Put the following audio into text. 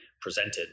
presented